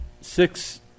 six